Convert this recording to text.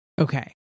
Okay